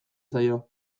zaio